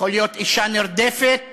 יכול להיות אישה נרדפת